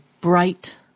bright